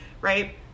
right